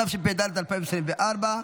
התשפ"ד 2024,